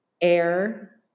air